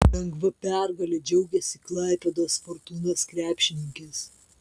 lengva pergale džiaugėsi klaipėdos fortūnos krepšininkės